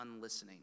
unlistening